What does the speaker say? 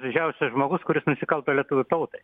didžiausias žmogus kuris nusikalto lietuvių tautai